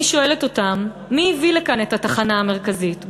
אני שואלת אותם מי הביא לכאן את התחנה המרכזית,